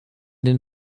den